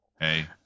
hey